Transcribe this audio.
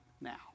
now